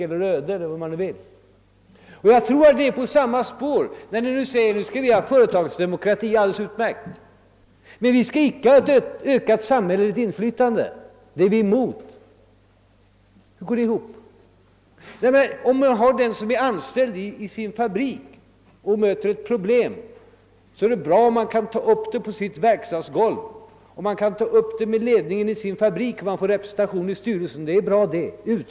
Jag tror att man nu är inne på samma spår när man vill acceptera företagsdemokratin men går emot ett ökat samhälleligt inflytande. Hur går det ihop? Det är alldeles utmärkt om en arbetare på en fabrik när han möter ett problem kan ta upp det på verkstadsgolvet, med fabriksledningen eller med styrelsen.